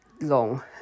long